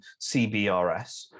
CBRS